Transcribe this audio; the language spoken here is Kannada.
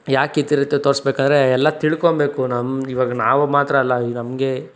ಯಾಕೀಥರ ತೋರಿಸ್ಬೇಕೆಂದ್ರೆ ಎಲ್ಲ ತಿಳ್ಕೊಳ್ಬೇಕು ನಮ್ಗೆ ಇವಾಗ ನಾವು ಮಾತ್ರ ಅಲ್ಲ ಈಗ ನಮಗೆ